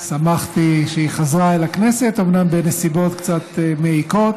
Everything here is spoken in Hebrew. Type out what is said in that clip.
שמחתי שהיא חזרה לכנסת, אומנם בנסיבות קצת מעיקות,